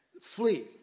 flee